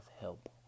help